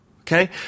Okay